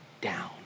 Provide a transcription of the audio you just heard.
down